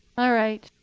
all right.